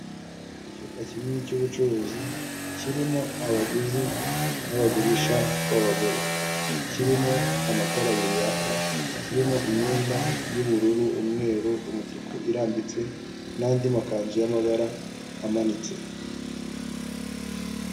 Icyumba kinini cy'ubucuruzi kirimo abaguzi n'abagurisha b'abagore, kirimo amatara abiri yaka, kirimo imyenda y'ubururu, umweru, umutuku, irambitse n'andi makanzu y'amabara amanitse.